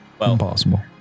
impossible